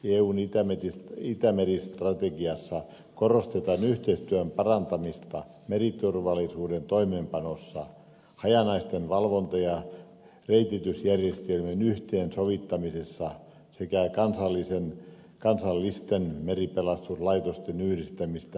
eun itämeri strategiassa korostetaan yhteistyön parantamista meriturvallisuuden toimeenpanossa ja hajanaisten valvonta ja reititysjärjestelmien yhteensovittamisessa sekä kansallisten meripelastuslaitosten yhdistämistä hätätilanteissa